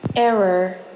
Error